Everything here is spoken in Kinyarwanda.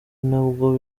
nabwo